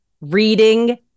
reading